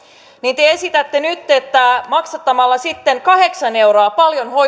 niin te esitätte nyt että maksattamalla sitten kahdeksan euroa paljon